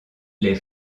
les